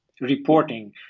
reporting